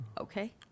okay